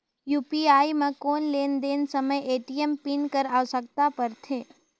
UPI म कौन लेन देन समय ए.टी.एम पिन कर आवश्यकता पड़थे?